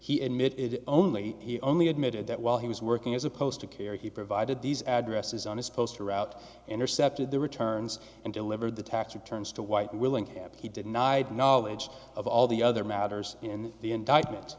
he admitted only he only admitted that while he was working as opposed to care he provided these addresses on his poster out intercepted the returns and delivered the tax returns to white willingham he did night knowledge of all the other matters in the indictment